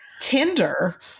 Tinder